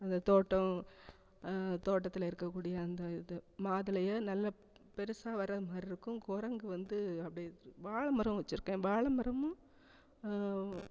அந்த தோட்டம் தோட்டத்தில் இருக்கக்கூடிய அந்த இது மாதுளையை நல்ல பெருசாக வர்ற மாதிரி இருக்கும் குரங்கு வந்து அப்படியே வாழைமரம் வச்சுருக்கேன் வாழைமரமும்